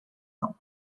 não